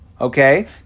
Okay